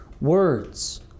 words